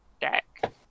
deck